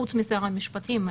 חוץ משר המשפטים,